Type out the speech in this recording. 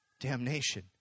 damnation